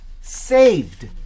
saved